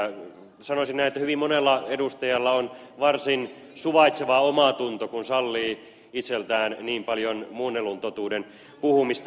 sanoisin näin että hyvin monella edustajalla on varsin suvaitseva omatunto kun sallii itseltään niin paljon muunnellun totuuden puhumista